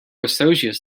associates